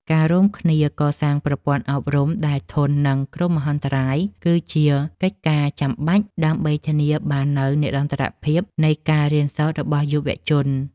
ការរួមគ្នាកសាងប្រព័ន្ធអប់រំដែលធន់នឹងគ្រោះមហន្តរាយ គឺជាកិច្ចការចាំបាច់ដើម្បីធានាបាននូវនិរន្តរភាពនៃការរៀនសូត្ររបស់យុវជន។